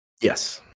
Yes